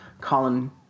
Colin